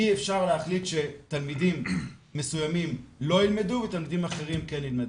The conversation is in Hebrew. אי אפשר להחליט שתלמידים מסוימים לא ילמדו ותלמידים אחרים כן ילמדו.